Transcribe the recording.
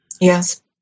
Yes